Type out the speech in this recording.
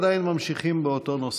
אנחנו עדיין ממשיכים באותו נושא.